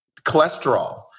cholesterol